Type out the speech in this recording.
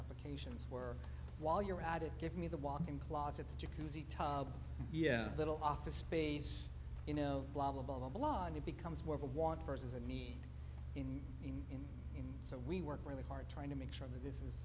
applications were while you're at it give me the walk in closets jacuzzi tub yeah little office space you know blah blah blah blah blah and it becomes more of a want versus a need in in in in so we work really hard trying to make sure that this is